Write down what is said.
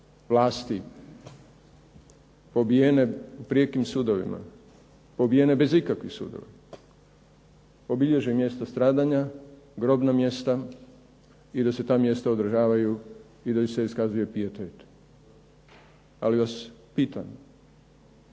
vlasti pobijene prijekim sudovima, pobijene bez ikakvih sudova, obilježe mjesto stradanja, grobna mjesta, i da se ta mjesta održavaju i da im se iskazuje pijetet. Ali vas pitam,